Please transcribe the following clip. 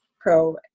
pro